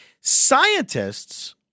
Scientists